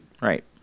Right